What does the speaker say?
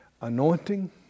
anointing